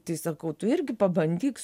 tai sakau tu irgi pabandyk